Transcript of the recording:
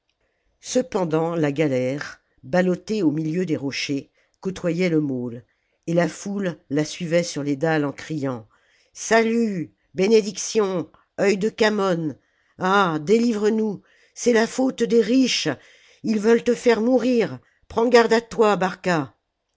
cependant la galère ballottée au milieu des rochers côtoyait le môle et la foule la suivait sur les dalles en criant salut bénédiction œil de khamon ah délivre nous c'est la faute des riches ils veulent te faire mourir prends garde à toi barca